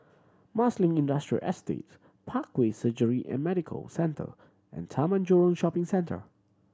Marsiling Industrial Estate Parkway Surgery and Medical Centre and Taman Jurong Shopping Centre